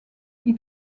ils